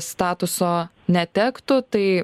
statuso netektų tai